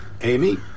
Amy